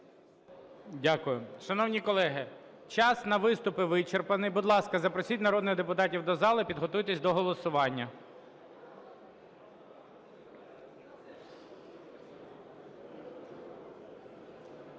Дякую. Шановні колеги, час на виступи вичерпаний. Будь ласка, запросіть народних депутатів до залу і підготуйтесь до голосування.